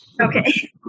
Okay